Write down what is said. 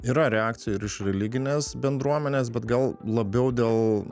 yra reakcijų ir iš religinės bendruomenės bet gal labiau dėl